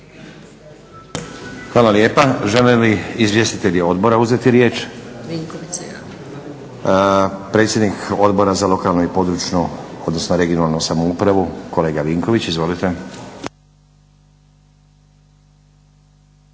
Hvala lijepa. Žele li izvjestitelji odbora uzeti riječ? Predsjednik Odbora za lokalnu i područnu (regionalnu) samoupravu kolega Vinković. Izvolite.